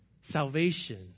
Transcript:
salvation